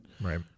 right